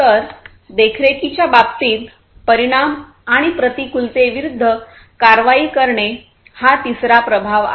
तर देखरेखीच्या बाबतीत परिणाम आणि प्रतिकूलतेविरूद्ध कारवाई करणे हा तिसरा प्रभाव आहे